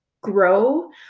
grow